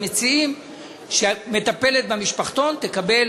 מציעים שמטפלת במשפחתון תקבל